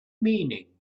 meaning